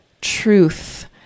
truth